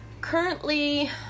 currently